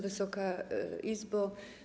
Wysoka Izbo!